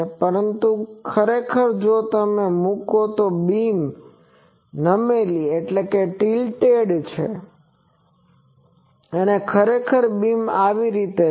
પરંતુ ખરેખર જો તમે મુકો તો બીમ નમેલી છે અને ખરેખર બીમ આવી રીતે છે